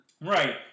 Right